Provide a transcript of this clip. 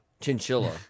Chinchilla